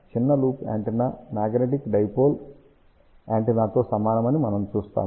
చిన్న loop antenna magnetic dipole యాంటెన్నాతో సమానమని మనం చూస్తాము